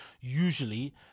usually